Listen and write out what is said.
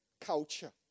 culture